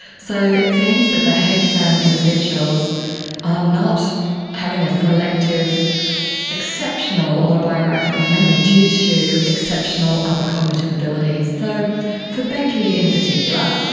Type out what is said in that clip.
so it seems that the hsam individuals are not having a selective exceptional autobiographical memory due to exceptional other cognitive abilities. so for becky in particular,